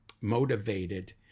motivated